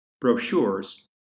brochures